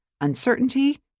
Uncertainty